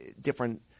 different